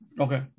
Okay